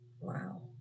Wow